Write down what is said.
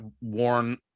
warn